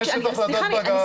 רק שנייה,